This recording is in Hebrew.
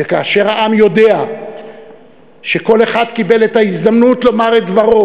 וכאשר העם יודע שכל אחד קיבל את ההזדמנות לומר את דברו